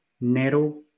narrow